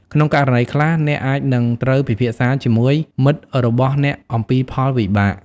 ក្នុងករណីខ្លះ អ្នកអាចនឹងត្រូវពិភាក្សាជាមួយមិត្តរបស់អ្នកអំពីផលវិបាក។